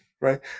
right